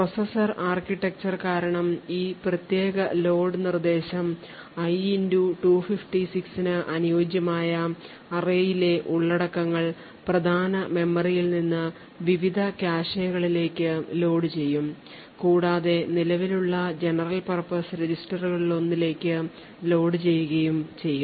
processor architecture കാരണം ഈ പ്രത്യേക ലോഡ് നിർദ്ദേശം i 256 ന് അനുയോജ്യമായ array യിലെ ഉള്ളടക്കങ്ങൾ പ്രധാന മെമ്മറിയിൽ നിന്ന് വിവിധ കാഷെകളിലേക്ക് ലോഡുചെയ്യും കൂടാതെ നിലവിലുള്ള general purpose രജിസ്റ്ററുകളിലൊന്നിലേക്ക് ലോഡുചെയ്യുകയും ചെയ്യും